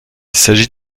s’agit